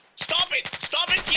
stop it. stop it hey,